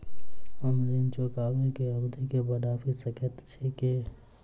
हम ऋण चुकाबै केँ अवधि केँ बढ़ाबी सकैत छी की?